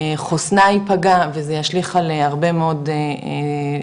חוסנה ייפגע וזה ישליך על הרבה מאוד ערכים